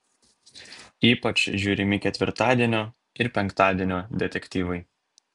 ypač žiūrimi ketvirtadienio ir penktadienio detektyvai